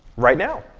right now.